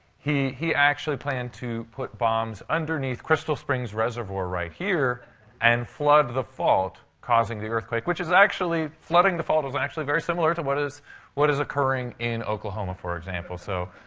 he he actually planned to put bombs underneath crystal springs reservoir right here and flood the fault, causing the earthquake. which is actually flooding the fault is and actually very similar to what is what is occurring in oklahoma, for example. so,